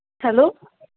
hello